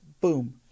boom